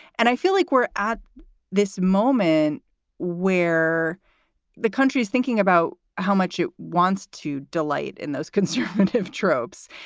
and i feel like we're at this moment where the country is thinking about how much it wants to delight in those conservative tropes.